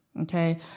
Okay